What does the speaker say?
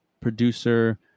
producer